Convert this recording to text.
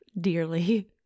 dearly